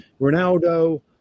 Ronaldo